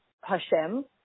Hashem